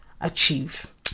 achieve